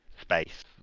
space